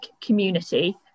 community